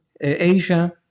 Asia